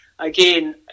Again